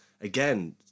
again